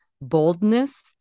Boldness